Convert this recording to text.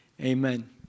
Amen